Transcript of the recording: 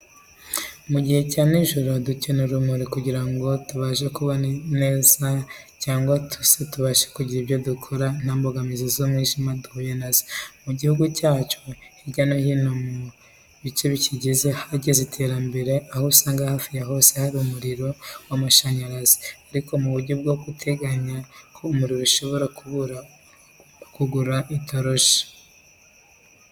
Mu gihe cya nijoro dukenera urumuri kugira ngo tubashe kubona neza cyangwa se tubashe kugira ibyo dukora nta mbogamizi z'umwijima duhuye na zo. Mu gihugu cyacu hirya no hino mu bice bikigize hageze iterambere, aho usanga hafi ya hose hari umuriro w'amashanyarazi. Ariko mu buryo bwo guteganya ko umuriro ushobora kubura umuntu agomba no kugura itoroshi.